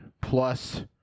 plus